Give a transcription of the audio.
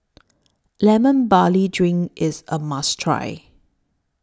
Lemon Barley Drink IS A must Try